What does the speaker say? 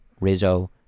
rizzo